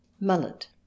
mullet